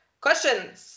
questions